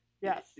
Yes